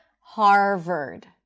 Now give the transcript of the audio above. Harvard